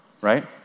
right